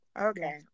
Okay